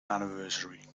anniversary